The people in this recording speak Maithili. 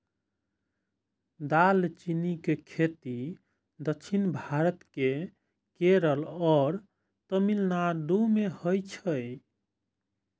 दालचीनी के खेती दक्षिण भारत केर केरल आ तमिलनाडु मे होइ छै